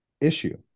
issue